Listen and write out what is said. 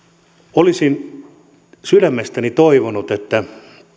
olisin sydämestäni toivonut että